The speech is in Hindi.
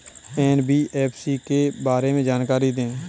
एन.बी.एफ.सी के बारे में जानकारी दें?